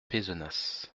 pézenas